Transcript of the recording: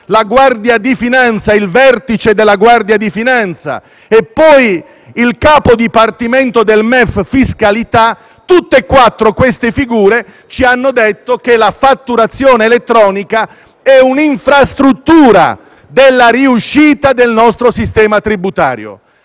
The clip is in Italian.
la Guardia di finanza, nella figura del vertice e poi il capo dipartimento del MEF fiscalità. Tutte e quattro queste figure ci hanno detto che la fatturazione elettronica è un'infrastruttura che concorre alla riuscita del nostro sistema tributario.